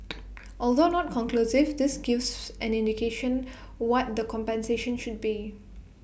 although not conclusive this gives an indication what the compensation should be